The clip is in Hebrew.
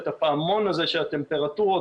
את הפעמון הזה שהטמפרטורות,